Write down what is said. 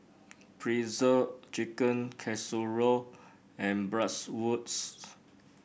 Pretzel Chicken Casserole and Bratwurst